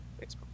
Facebook